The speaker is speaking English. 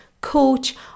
coach